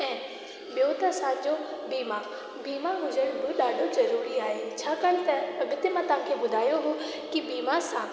ऐं ॿियो त असां जो बीमा बीमा हुजणु बि ॾाढो ज़रूरी आहे छाकाणि त अॻिते मां तव्हां खे ॿुधायो हो की बीमा सां